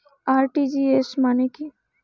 RTGS মানে কি?